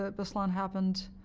ah beslan happened.